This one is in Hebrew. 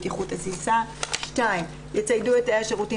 מי נמנע?